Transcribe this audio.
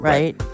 Right